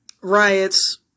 riots